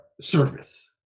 service